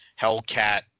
Hellcat